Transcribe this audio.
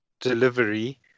delivery